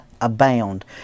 abound